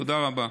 תודה רבה.